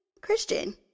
Christian